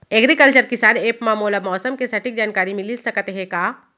Agriculture Kisan app मा मोला मौसम के सटीक जानकारी मिलिस सकत हे का?